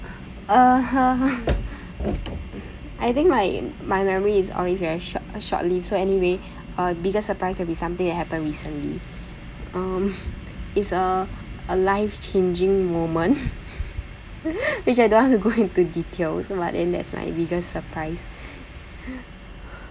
uh I think my my memory is always very short short lived so anyway uh biggest surprise will be something that happened recently um it's a a life changing moment which I don't want to go into details but then that's my biggest surprise